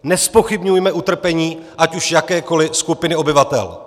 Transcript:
Nezpochybňujme utrpení ať už jakékoli skupiny obyvatel!